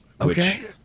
Okay